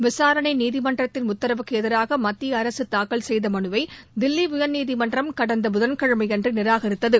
விசாரணை நீதிமன்றத்தின் உத்தரவுக்கு எதிராக மத்திய அரசு தாக்கல் செய்த மனுவை தில்லி உயர்நீதிமன்றம் கடந்த புதன் கிழமையன்று நிராகரித்தது